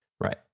right